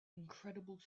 incredible